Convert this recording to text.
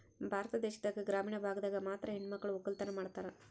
ಭಾರತ ದೇಶದಾಗ ಗ್ರಾಮೀಣ ಭಾಗದಾಗ ಮಾತ್ರ ಹೆಣಮಕ್ಳು ವಕ್ಕಲತನ ಮಾಡ್ತಾರ